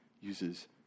uses